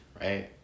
right